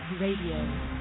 Radio